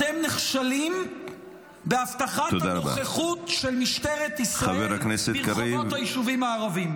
אתם נכשלים בהבטחת הנוכחות של משטרת ישראל ברחובות היישובים הערביים.